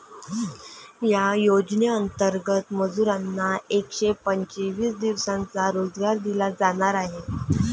या योजनेंतर्गत मजुरांना एकशे पंचवीस दिवसांचा रोजगार दिला जाणार आहे